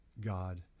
God